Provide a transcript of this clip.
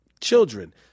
children